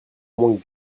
moins